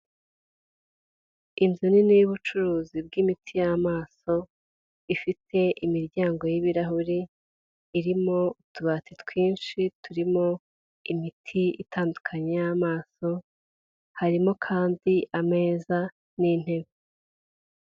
Inzu nini y'ubucuruzi bw'imiti y'amaso, ifite imiryango y'ibirahuri, irimo utubati twinshi turimo imiti itandukanye y'amaso, harimo kandi ameza n'intebe.